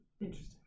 Interesting